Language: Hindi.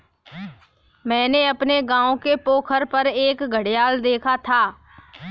मैंने अपने गांव के पोखर पर एक घड़ियाल देखा था